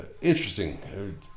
interesting